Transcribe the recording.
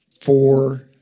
four